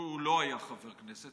לו הוא לא היה חבר כנסת,